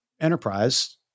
enterprise